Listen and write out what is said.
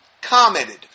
commented